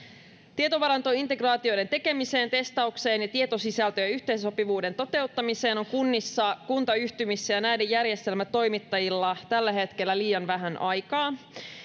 tietovarantointegraatioiden tekemiseen testaukseen ja tietosisältöjen yhteensopivuuden toteuttamiseen on kunnissa kuntayhtymissä ja näiden järjestelmätoimittajilla tällä hetkellä liian vähän aikaa